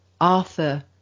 Arthur